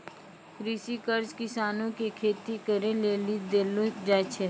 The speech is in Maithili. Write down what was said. कृषि कर्ज किसानो के खेती करे लेली देलो जाय छै